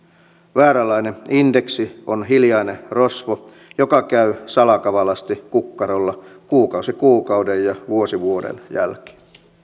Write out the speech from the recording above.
vääränlainen indeksi on hiljainen rosvo joka käy salakavalasti kukkarolla kuukausi kuukauden ja vuosi vuoden jälkeen